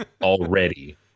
already